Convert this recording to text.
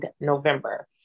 November